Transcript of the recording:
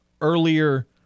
earlier